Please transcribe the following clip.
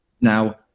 Now